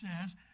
says